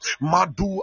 Madu